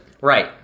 Right